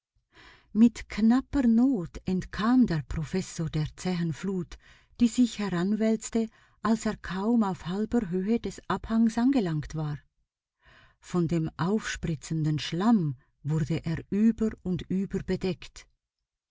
mit knapper not entkam der professor der zähen flut die sich heranwälzte als er kaum auf halber höhe des abhangs angelangt war von dem aufspritzenden schlamm wurde er über und über bedeckt